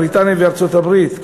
בריטניה וארצות-הברית,